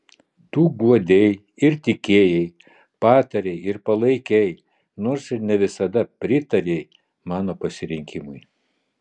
tu guodei ir tikėjai patarei ir palaikei nors ir ne visada pritarei mano pasirinkimui